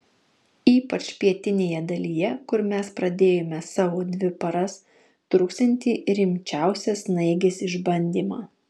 ypač pietinėje dalyje kur mes pradėjome savo dvi paras truksiantį rimčiausią snaigės išbandymą